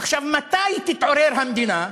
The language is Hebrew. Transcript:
עכשיו, מתי תתעורר המדינה?